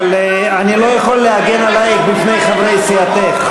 אבל אני לא יכול להגן עלייך מפני חברי סיעתך,